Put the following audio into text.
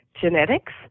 genetics